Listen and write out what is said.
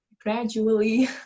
gradually